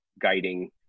guiding